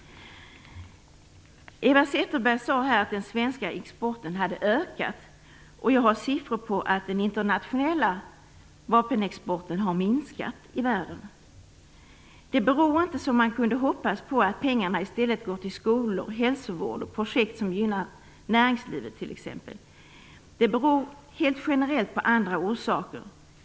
Eva Zetterberg sade att den svenska exporten hade ökat. Jag har siffror på att den internationella vapenexporten i världen har minskat. Det beror inte - som man kunde ha hoppats - på att pengarna i stället går till skolor, hälsovård och projekt som gynnar näringslivet t.ex. Det beror helt generellt på andra saker.